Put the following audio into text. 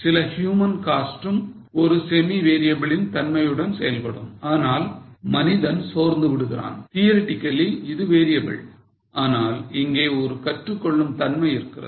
சில human costs உம் ஒரு semi variable ன் தன்மையுடன் செயல்படும் ஆனால் மனிதன் சோர்ந்து விடுகிறான் theoretically இது variable ஆனால் இங்கே ஒரு கற்றுக்கொள்ளும் தன்மை இருக்கிறது